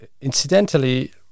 incidentally